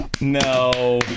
No